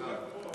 הוא פה.